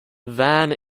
van